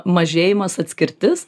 mažėjimas atskirtis